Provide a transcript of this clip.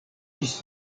ĝis